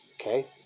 Okay